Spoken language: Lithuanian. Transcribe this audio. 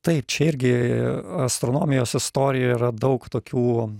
taip čia irgi astronomijos istorijoje yra daug tokių